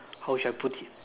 how should I put it